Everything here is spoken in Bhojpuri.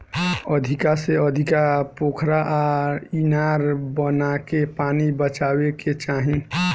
अधिका से अधिका पोखरा आ इनार बनाके पानी बचावे के चाही